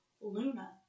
Luna